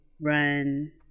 run